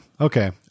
Okay